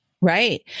Right